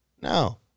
no